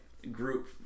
group